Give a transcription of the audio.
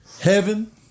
Heaven